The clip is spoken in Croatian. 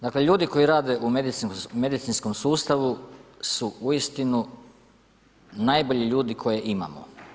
Dakle, ljudi koji rade u medicinskom sustavu su uistinu najbolji ljudi koje imamo.